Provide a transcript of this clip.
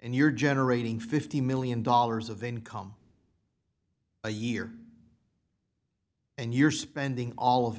and you're generating fifty million dollars of income a year and you're spending all of